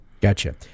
Gotcha